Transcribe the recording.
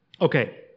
Okay